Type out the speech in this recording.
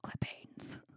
clippings